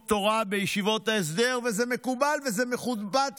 תורה בישיבות ההסדר זה מקובל וזה מכובד,